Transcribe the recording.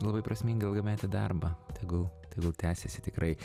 labai prasmingą ilgametį darbą tegul tegul tęsiasi tikrai